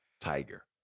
Tiger